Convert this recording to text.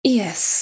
yes